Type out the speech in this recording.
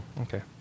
okay